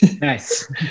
Nice